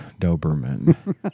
Doberman